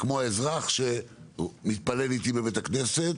כמו האזרח שמתפלל אתי בבית הכנסת